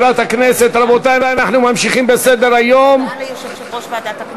רבותי, גם הצעת אי-אמון זו לא נתקבלה.